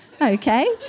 Okay